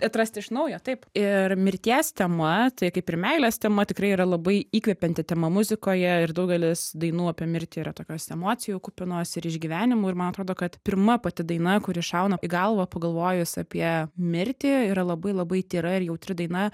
atrasti iš naujo taip ir mirties tema tai kaip ir meilės tema tikrai yra labai įkvepianti tema muzikoje ir daugelis dainų apie mirtį yra tokios emocijų kupinos ir išgyvenimų ir man atrodo kad pirma pati daina kuri šauna į galvą pagalvojus apie mirtį yra labai labai tyra ir jautri daina